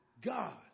God